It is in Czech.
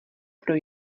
pro